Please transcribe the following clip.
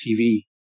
TV